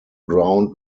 ground